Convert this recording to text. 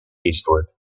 eastward